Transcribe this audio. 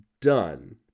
done